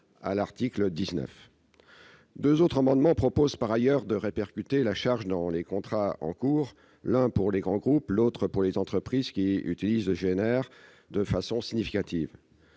à l'article 19. Deux autres amendements tendent, par ailleurs, à répercuter la charge dans les contrats en cours, l'un pour les grands groupes, l'autre pour les entreprises qui utilisent le GNR de façon « significative